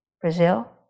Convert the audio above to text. Brazil